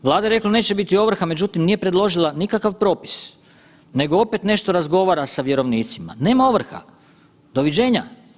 Vlada je rekla neće biti ovrha, međutim nije predložila nikakav propis nego opet nešto razgovara sa vjerovnicima, nema ovrha, doviđenja.